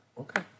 Okay